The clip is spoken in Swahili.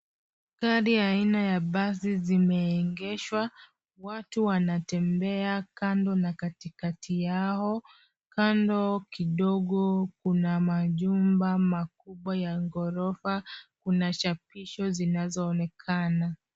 Gari ya aina ya basi zimeegeshwa. Watu wanatembea kando na katikati yao. Kando kidogo kuna majumba makubwa ya ghorofa. Kuna chapisho zinazoonekana.